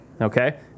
Okay